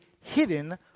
hidden